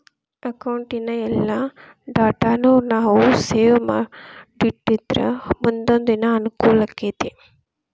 ಅಕೌಟಿನ್ ಎಲ್ಲಾ ಡಾಟಾನೂ ನಾವು ಸೇವ್ ಮಾಡಿಟ್ಟಿದ್ರ ಮುನ್ದೊಂದಿನಾ ಅಂಕೂಲಾಕ್ಕೆತಿ